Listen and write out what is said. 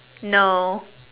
no